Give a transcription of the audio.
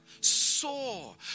saw